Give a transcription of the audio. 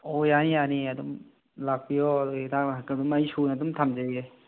ꯑꯣ ꯌꯥꯅꯤ ꯌꯥꯅꯤꯌꯦ ꯑꯗꯨꯝ ꯂꯥꯛꯄꯤꯌꯣ ꯍꯤꯗꯥꯡ ꯂꯥꯡꯊꯛ ꯑꯗꯨꯝ ꯑꯩ ꯁꯨꯅ ꯑꯗꯨꯝ ꯊꯝꯖꯩꯌꯦ